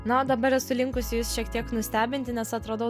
na o dabar esu linkusi jus šiek tiek nustebinti nes atradau